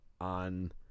on